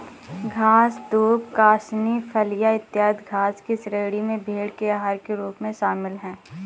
घास, दूब, कासनी, फलियाँ, इत्यादि घास की श्रेणी में भेंड़ के आहार के रूप में शामिल है